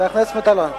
חבר הכנסת מטלון.